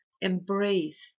embrace